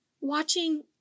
watching